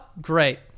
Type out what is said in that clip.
Great